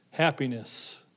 Happiness